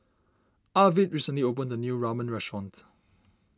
Arvid recently opened a new Ramen restaurant